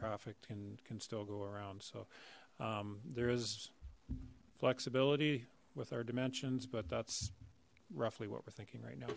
traffic and can still go around so there is flexibility with our dimensions but that's roughly what we're thinking right now